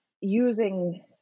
using